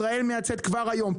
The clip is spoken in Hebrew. ישראל מייצאת כבר היום,